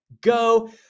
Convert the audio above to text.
Go